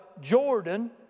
jordan